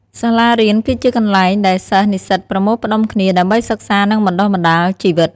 សាលារៀន គឺជាកន្លែងដែលសិស្សនិស្សិតប្រមូលផ្ដុំគ្នា ដើម្បីសិក្សានិងបណ្តុះបណ្តាលជីវិត។